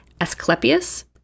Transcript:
Asclepius